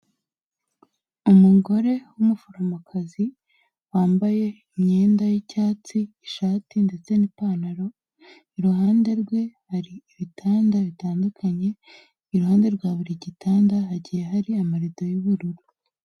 Umugore w'umuforomokazi wambaye imyenda y'icyatsi, ishati ndetse n'ipantaro, iruhande rwe hari ibitanda bitandukanye iruhande rwa buri gitanda hagiye hari amarido y'ubururu.